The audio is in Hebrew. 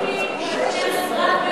המחלוקת הזאת היא,